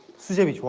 sujebi?